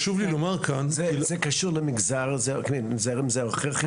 זה קשור למגזר, זרם זה או אחר חינוכי?